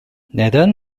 neden